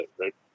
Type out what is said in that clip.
right